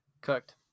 Cooked